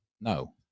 No